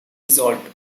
resolved